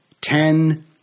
ten